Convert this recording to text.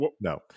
No